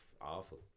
Awful